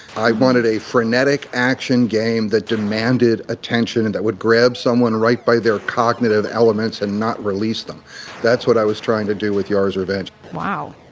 i wanted a frenetic action game that demanded attention. and that would grab someone right by their cognitive elements and not release them that's what i was trying to do with yar's revenge wow